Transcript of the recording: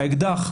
האקדח,